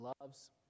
loves